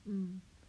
mm